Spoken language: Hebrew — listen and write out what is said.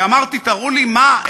ואמרתי: תראו לי מה,